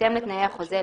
בהתאם לתנאי החוזה,